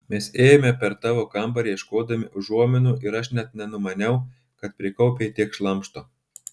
mes ėjome per tavo kambarį ieškodami užuominų ir aš net nenumaniau kad prikaupei tiek šlamšto